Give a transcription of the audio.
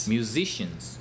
Musicians